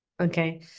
Okay